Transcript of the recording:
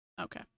Okay